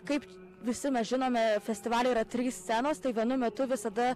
kaip visi mes žinome festivaly yra trys scenos tai vienu metu visada